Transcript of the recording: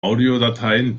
audiodateien